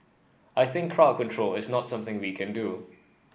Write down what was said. I think crowd control is not something we can do